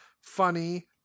funny